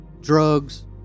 drugs